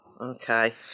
okay